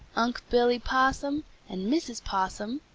unc' billy possum and mrs. possum,